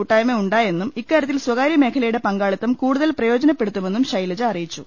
കൂട്ടായ്മ ഉണ്ടായിട്ടുണ്ടെന്നും ഇക്കാര്യ ത്തിൽ സ്വകാര്യമേഖലയുടെ പങ്കാളിത്തം കൂടുതൽ പ്രയോജനപ്പെടു ത്തുമെന്നും ശൈലജ അറിയിച്ചു